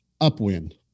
upwind